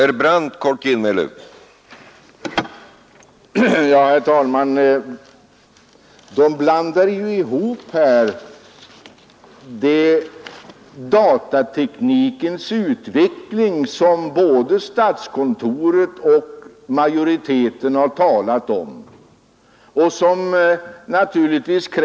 Herr talman! Man blandar här ihop datateknikens framtida utveckling, som både statskontoret och utskottsmajoriteten talat om, och införandet av CPR.